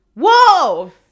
Whoa